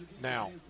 now